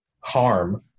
harm